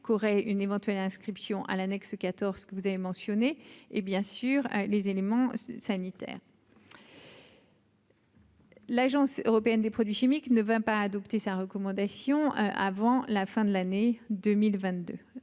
qu'aurait une éventuelle inscription à l'annexe 14 que vous avez mentionné et bien sûr les éléments sanitaires. L'Agence européenne des produits chimiques ne va pas adopter sa recommandation avant la fin de l'année 2022,